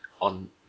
on